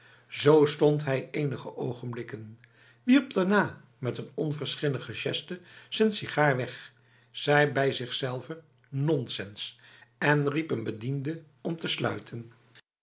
zo stond hij enige ogenblikken wierp daarna met n onverschillige geste z'n sigaar weg zei bij zichzelve nonsens en riep een bediende om te sluiten